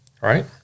right